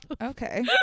Okay